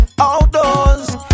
Outdoors